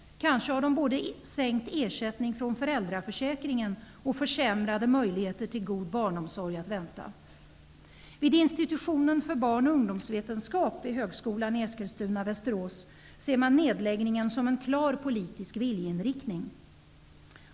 Kanske har de både sänkt ersättning från föräldraförsäkringen och försämrade möjligheter till god barnomsorg att vänta. Vid institutionen för barn och ungdomsvetenskap vid högskolan i Eskilstuna/Västerås ser man nedläggningen som en klar politisk viljeinriktning.